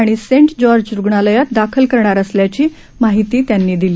आणि saint George रुग्णालयात दाखल करणार असल्याची माहितीही त्यांनी दिली